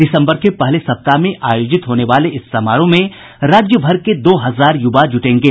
दिसम्बर के पहले सप्ताह में आयोजित होने वाले इस समारोह में राज्यभर के दो हजार युवा जुटेंगे